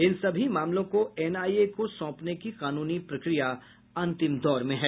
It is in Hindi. इन सभी मामलों को एनआईए को सौंपने की कानूनी प्रक्रिया अंतिम दौर में है